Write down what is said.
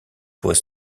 was